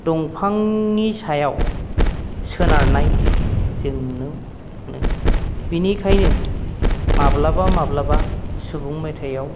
दंफांनि सायाव सोनारनाय जों नुनो मोनो बेनिखायनो माब्लाबा माब्लाबा सुबुं मेथायाव